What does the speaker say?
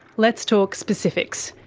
let's talk specifics.